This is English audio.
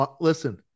listen